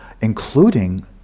including